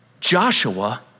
Joshua